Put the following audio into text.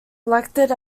elected